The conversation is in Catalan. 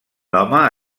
home